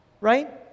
right